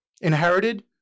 inherited